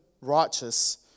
Righteous